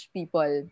people